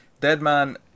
Deadman